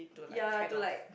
ya to like